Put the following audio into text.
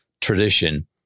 tradition